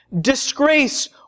Disgrace